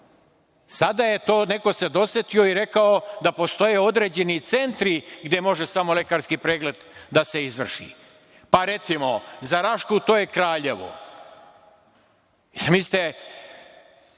Sad se neko dosetio i rekao da postoje određeni centri gde može samo lekarski pregled da se izvrši. Pa recimo, za Rašku je to Kraljevo,